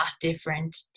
different